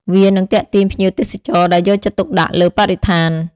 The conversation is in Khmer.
វានឹងទាក់ទាញភ្ញៀវទេសចរដែលយកចិត្តទុកដាក់លើបរិស្ថាន។